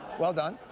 well done.